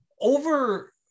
Over